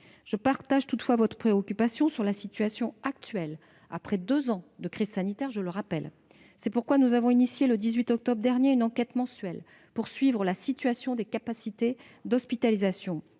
Je partage toutefois votre préoccupation sur la situation actuelle des établissements, après deux ans de crise sanitaire. C'est pourquoi nous avons lancé, le 18 octobre dernier, une enquête mensuelle pour suivre la situation des capacités d'hospitalisation.